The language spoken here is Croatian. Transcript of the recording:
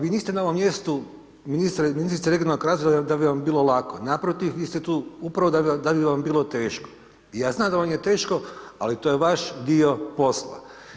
Vi niste na ovom mjestu ministrice regionalnog razvoja da bi vam bilo lako, naprotiv vi ste upravo da bi vam bilo teško, i ja znam da vam je teško ali to je vaš dio posla.